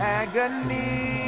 agony